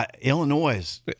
Illinois